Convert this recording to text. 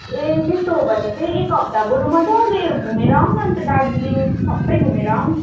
ए त्यस्तो हो भने चाहिँ एक हप्ता बरु मजाले घुमेर आऔँ अन्त दार्जिलिङ सबै घुमेर आऔँ